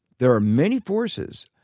there are many forces.